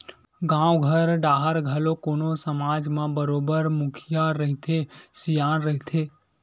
गाँव घर डाहर घलो कोनो समाज म बरोबर मुखिया रहिथे, सियान रहिथे